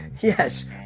Yes